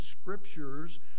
Scriptures